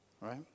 Right